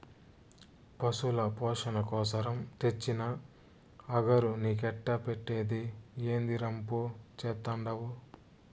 పశుల పోసణ కోసరం తెచ్చిన అగరు నీకెట్టా పెట్టేది, ఏందీ రంపు చేత్తండావు